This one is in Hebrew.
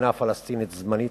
מדינה פלסטינית זמנית.